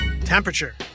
temperature